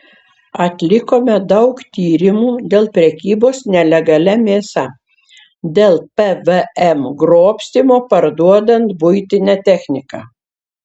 atlikome daug tyrimų dėl prekybos nelegalia mėsa dėl pvm grobstymo parduodant buitinę techniką